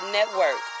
Network